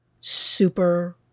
super